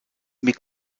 mais